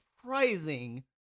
surprising